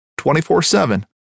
24-7